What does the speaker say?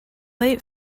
late